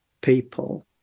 people